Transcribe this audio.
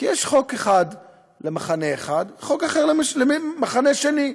כי יש חוק אחד למחנה אחד וחוק אחר למחנה שני.